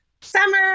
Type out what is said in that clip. summer